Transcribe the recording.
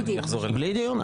בלי דיון?